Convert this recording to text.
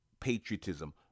patriotism